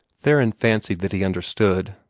theron fancied that he understood.